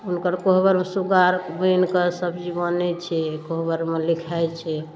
हुनकर कोहबरमे सुग्गा आओर बनिकऽ सबचीज बनै छै कोहबरमे लिखाइ छै